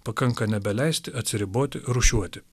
pakanka nebeleisti atsiriboti rūšiuoti